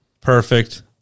Perfect